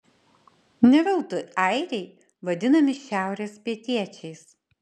ne veltui airiai vadinami šiaurės pietiečiais